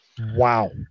Wow